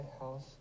house